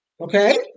Okay